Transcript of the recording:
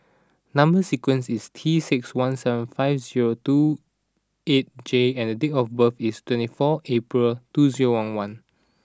number sequence is T six one seven five zero two eight J and date of birth is twenty four April two zero one one